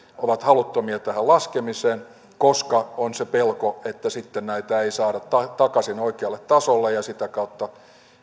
ovat haluttomia tähän laskemiseen koska on se pelko että sitten näitä ei saada takaisin oikealle tasolle ja sitä kautta